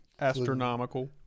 Astronomical